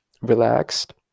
relaxed